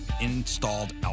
installed